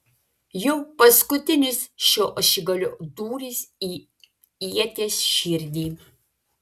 jau paskutinis šio ašigalio dūris į ieties širdį